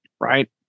Right